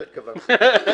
לא התכוונת.